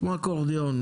כמו אקורדיון,